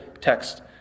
text